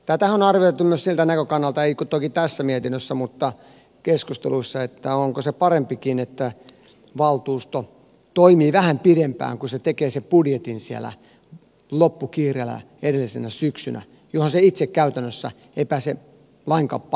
tätähän on arvioitu myös siltä näkökannalta ei toki tässä mietinnössä mutta keskusteluissa että onko se parempikin että valtuusto toimii vähän pidempään kuin että se tekee siellä loppukiireellä edellisenä syksynä sen budjetin johon se itse käytännössä ei pääse lainkaan paneutumaan